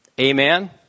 Amen